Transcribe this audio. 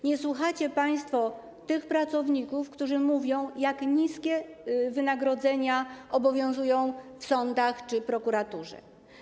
Nie słuchacie państwo tych pracowników, którzy mówią, jak niskie wynagrodzenia obowiązują w sądach czy prokuraturze.